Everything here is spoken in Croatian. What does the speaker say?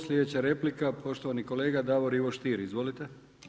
Slijedeća replika poštovani kolega Davor Ivo Stier, izvolite.